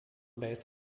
based